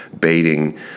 baiting